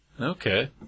Okay